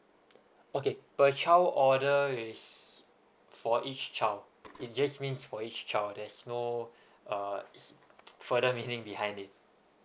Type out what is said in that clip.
okay per child order is for each child it just means for each child there's no uh is further meaning behind it